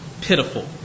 pitiful